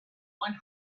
one